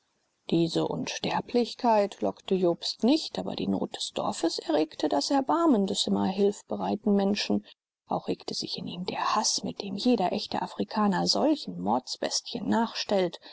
diese unsterblichkeit lockte jobst nicht aber die not des dorfes erregte das erbarmen des immer hilfbereiten mannes auch regte sich in ihm der haß mit dem jeder echte afrikaner solchen mordsbestien nachstellt